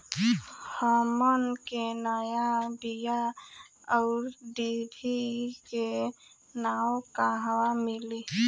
हमन के नया बीया आउरडिभी के नाव कहवा मीली?